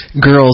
girls